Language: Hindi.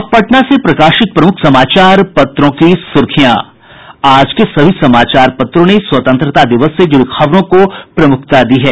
अब पटना से प्रकाशित प्रमुख समाचार पत्रों की सुर्खियां आज के सभी समाचार पत्रों ने स्वतंत्रता दिवस से जुड़ी खबरों को प्रमुखता दी है